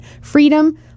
freedom